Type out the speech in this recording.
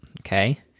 Okay